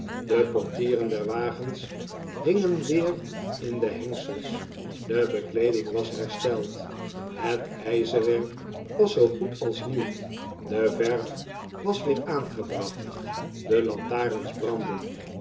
de portieren der wagens hingen weer in de hengsels de bekleeding was hersteld het ijzerwerk was zoo goed als nieuw de verf was weer aangebracht de lantarens brandden